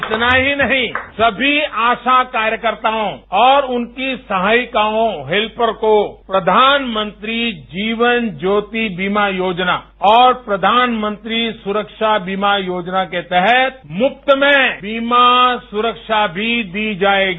इतना ही नहीं सभी आशा कार्यकर्ताओं और उनकी सहायिकाओं हेल्पर को प्रधानमंत्री जीवन ज्योति बीमा योजना और प्रधानमंत्री सुरक्षा बीमा योजना के तहत मुफ्त में बीमा सुरक्षा दी जाएगी